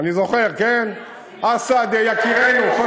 אני זוכר: אסד, יא יקירנו.